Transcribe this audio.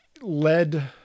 led